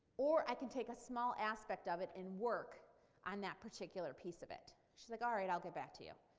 or i can take a small aspect of it and work on that particular piece of it. she's like, alright, i'll get back to you.